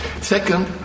Second